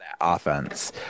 offense